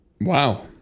Wow